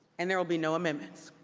and there will be no amendments.